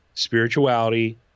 spirituality